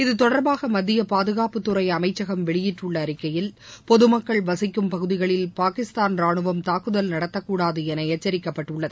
இத்தொடர்பாக மத்திய பாதுகாப்புத்துறை அமைச்சகம் வெளியிட்டுள்ள அறிக்கையில் பொதுமக்கள் வசிக்கும் பகுதிகளில் பாகிஸ்தான் ராணுவம் தாக்குதல் நடத்தக்கூடாது என எச்சரிக்கப்பட்டுள்ளது